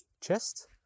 chest